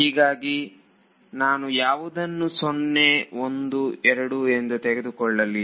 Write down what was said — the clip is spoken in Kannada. ಹೀಗಾಗಿ ನಾನು ಯಾವುದನ್ನು 012 ಎಂದು ತಿಳಿದುಕೊಳ್ಳಲಿ